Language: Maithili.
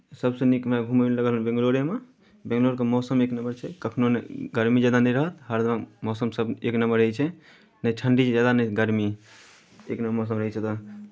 सभसँ नीकमे घूमय लए लागल बेंगलौरेमे बेंगलौरके मौसम एक नंबर छै कखनहु नहि गर्मी जादा नहि रहत हरदम मौसमसभ एक नंबर रहैत छै नहि ठण्ढी जादा नहि गर्मी एक नंबर मौसम रहैत छै ओतय